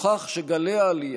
הוכח שגלי עלייה,